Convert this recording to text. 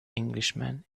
englishman